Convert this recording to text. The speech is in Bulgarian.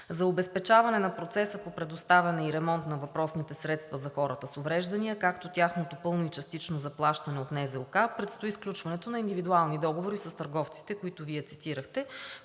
За обезпечаване на процеса по предоставяне и ремонт на въпросните средства за хората с увреждания, както тяхното пълно и частично заплащане от Националната здравноосигурителна каса предстои сключването на индивидуални договори с търговците, които Вие цитирахте,